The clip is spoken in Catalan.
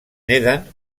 neden